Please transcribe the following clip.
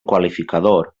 qualificador